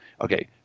Okay